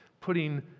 putting